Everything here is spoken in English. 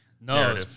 no